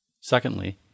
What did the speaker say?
Secondly